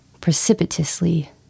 precipitously